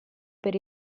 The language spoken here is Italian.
per